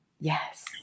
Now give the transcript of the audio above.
Yes